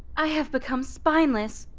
i have become spineless,